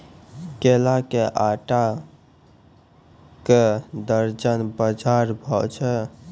केला के आटा का दर्जन बाजार भाव छ?